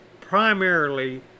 primarily